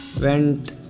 went